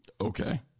Okay